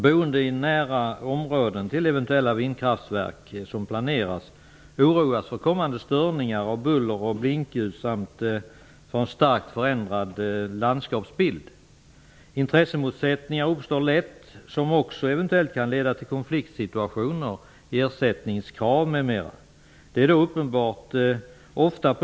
Boende i närheten av de eventuella vindkraftverk som planeras oroar sig för kommande störningar i form av buller och blinkljus samt för en starkt förändrad landskapsbild. Intressemotsättningar uppstår lätt, som också kan leda till konflikter, ersättningskrav m.m.